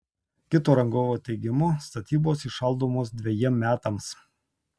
kito rangovo teigimu statybos įšaldomos dvejiem metams